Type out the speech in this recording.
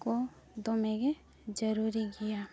ᱠᱚ ᱫᱚᱢᱮ ᱜᱮ ᱡᱟᱹᱨᱩᱨᱤ ᱜᱮᱭᱟ